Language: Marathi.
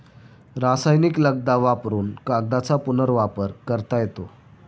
रासायनिक लगदा वापरुन कागदाचा पुनर्वापर करता येतो